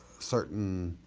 certain